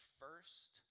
first